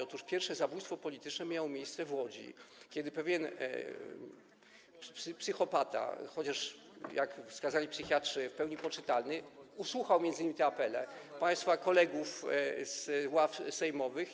Otóż pierwsze zabójstwo polityczne miało miejsce w Łodzi, kiedy pewien psychopata, chociaż, jak wskazali psychiatrzy, w pełni poczytalny, usłuchał m.in. apeli państwa kolegów z ław sejmowych.